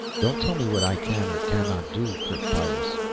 don't tell me what i can or cannot do, kerk pyrrus.